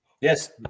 Yes